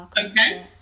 Okay